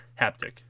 Haptic